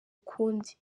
ukundi